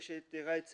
יש את ראאד סלאח,